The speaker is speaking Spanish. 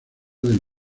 del